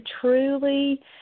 truly